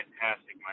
fantastic